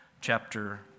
chapter